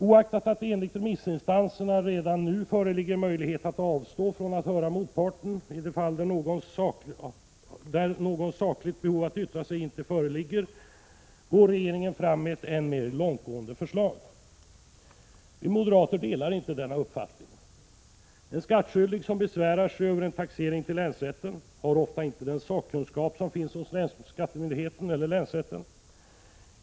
Oaktat att det enligt remissinstanserna redan nu föreligger möjlighet att avstå från att höra motparten i de fall där något sakligt behov att yttra sig inte föreligger, går regeringen fram med ett än mer långtgående förslag. Vi moderater delar inte denna uppfattning. En skattskyldig som besvärar sig över en taxering till länsrätten har ofta inte den sakkunskap som finns hos länsskattemyndigheten eller länsrätten.